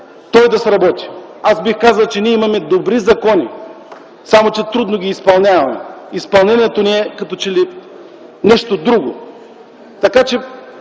той да заработи? Аз бих казал, че ние имаме добри закони, само че трудно ги изпълняваме. Изпълнението ни като че ли е нещо друго. Така че